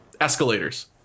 escalators